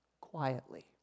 quietly